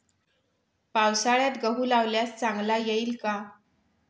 पावसाळ्यात गहू लावल्यास चांगला येईल का?